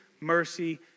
mercy